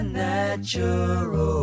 natural